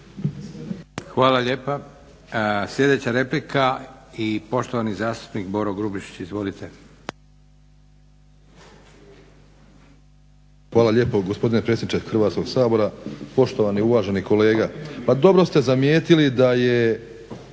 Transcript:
Hvala lijepa. Sljedeća replika i poštovani zastupnik Boro Grubišić. Izvolite. **Grubišić, Boro (HDSSB)** Hvala lijepo. Gospodine predsjedniče Hrvatskog sabora, poštovani uvaženi kolega. Pa dobro ste zamijetili da je